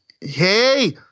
hey